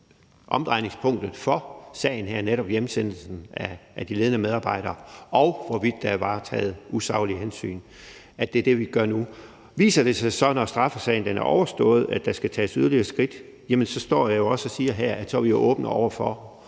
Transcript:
omdrejningspunktet for sagen her – netop hjemsendelsen af de ledende medarbejdere, og hvorvidt der er varetaget usaglige hensyn – er det, vi undersøger nu. Viser det sig så, når straffesagen er overstået, at der skal tages yderligere skridt, står jeg jo også her og siger, at vi er åbne over for